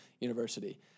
University